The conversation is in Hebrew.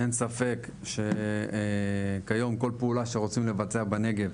אין ספק שכיום כל פעולה שרוצים לבצע בנגב,